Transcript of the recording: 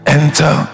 enter